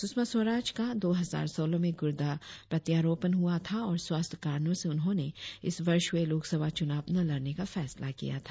सुषमा स्वराज का दो हजार सोलह में गुर्दा प्रत्यारोपण हुआ था और स्वास्थ्य कारणों से उन्होंने इस वर्ष हुए लोकसभा चुनाव न लड़ने का फैसला किया था